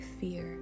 fear